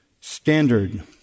standard